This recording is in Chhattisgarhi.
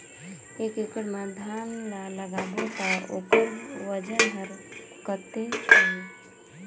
एक एकड़ मा धान ला लगाबो ता ओकर वजन हर कते होही?